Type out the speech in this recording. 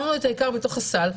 שמנו את העיקר בתוך הסל,